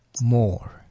more